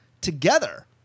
together